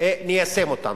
ליישם אותן.